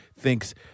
thinks